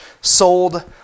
sold